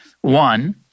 one